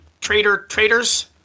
traitor-traitors